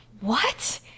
What